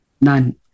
none